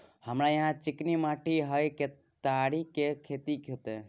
हमरा यहाँ चिकनी माटी हय केतारी के खेती होते?